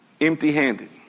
empty-handed